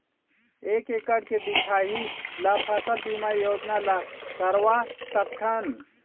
एक एकड़ के दिखाही ला फसल बीमा योजना ला करवा सकथन?